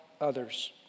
others